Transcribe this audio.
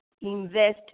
invest